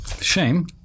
shame